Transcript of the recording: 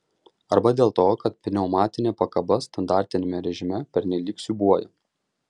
arba dėl to kad pneumatinė pakaba standartiniame režime pernelyg siūbuoja